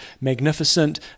magnificent